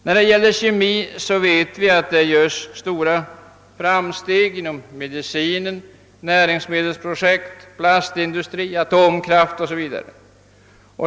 När det gäller kemi vet vi att det görs stora framsteg inom medicinen, näringsmedelsprojekt, plastindustrin, atomkraftindustrin o.s.v.